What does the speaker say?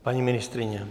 Paní ministryně?